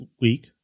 week